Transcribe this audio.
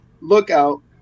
lookout